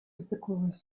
тупиковая